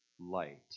light